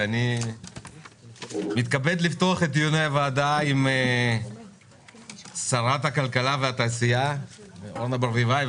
אני מתכבד לפתוח את דיוני הוועדה עם שרת הכלכלה והתעשייה אורנה ברביבאי,